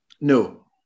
No